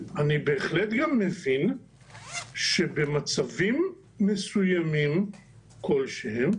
אני בהחלט גם מבין שבמצבים מסוימים כלשהם,